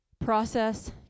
process